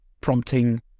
prompting